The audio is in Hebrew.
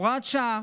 הוראת השעה